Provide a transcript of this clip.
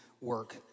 work